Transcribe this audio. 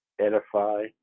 edify